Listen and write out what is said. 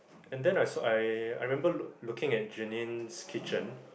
and then I saw I I remember loo~ looking at Jenine's kitchen